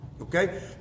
Okay